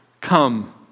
come